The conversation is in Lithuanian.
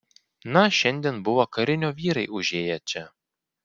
na šiandien buvo karinio vyrai užėję čia